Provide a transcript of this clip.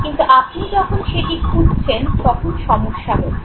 কিন্তু আপনি যখন সেটি খুঁজছেন তখন সমস্যা হচ্ছে